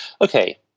Okay